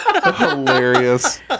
Hilarious